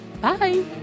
Bye